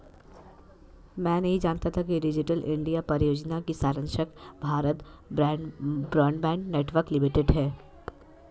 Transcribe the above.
मैं नहीं जानता था कि डिजिटल इंडिया परियोजना की संरक्षक भारत ब्रॉडबैंड नेटवर्क लिमिटेड है